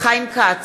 חיים כץ,